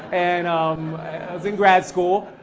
and um i was in grad school,